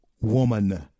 Woman